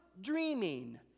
dreaming